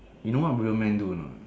you know what real men do or not